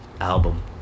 album